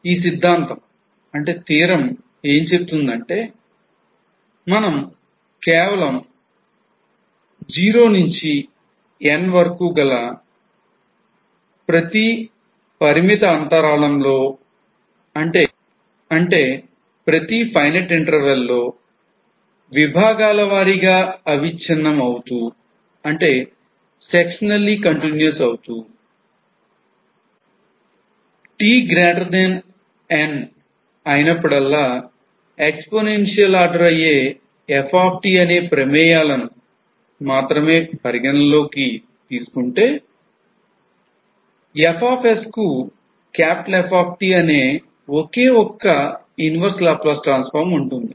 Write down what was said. ఈ సిద్ధాంతం ఏం చెబుతుందంటే మనం కేవలం 0tN అనే ప్రతి పరిమిత అంతరాళం లో finite interval లో విభాగాల వారీగా ఆ విచ్చిన్నం అవుతూ tN అయినప్పుడల్లా ఎక్సపోనేన్షియల్ ఆర్డర్ అయ్యే F అనే ప్రమేయాలను function లను మాత్రమే పరిగణనలోకి తీసుకుంటే f కు F అనే ఒకే ఒక్క inverse Laplace transform ఉంటుంది